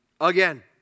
again